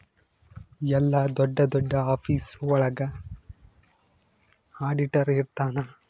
ಎಲ್ಲ ದೊಡ್ಡ ದೊಡ್ಡ ಆಫೀಸ್ ಒಳಗ ಆಡಿಟರ್ ಇರ್ತನ